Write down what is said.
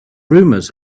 rumors